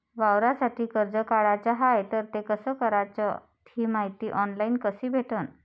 वावरासाठी कर्ज काढाचं हाय तर ते कस कराच ही मायती ऑनलाईन कसी भेटन?